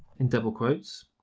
in double quotes,